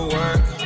work